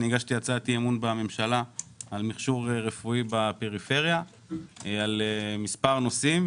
אני הגשתי הצעת אי-אמון בממשלה על מכשור רפואי בפריפריה במספר נושאים.